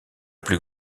plus